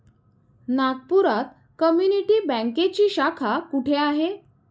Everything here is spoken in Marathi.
नागपुरात कम्युनिटी बँकेची शाखा कुठे आहे?